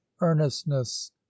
earnestness